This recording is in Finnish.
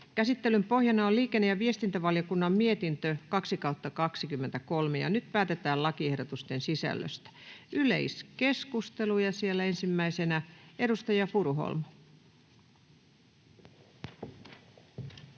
Käsittelyn pohjana on liikenne‑ ja viestintävaliokunnan mietintö LiVM 2/2023 vp. Nyt päätetään lakiehdotusten sisällöstä. — Yleiskeskustelu, ja siellä ensimmäisenä edustaja Furuholm.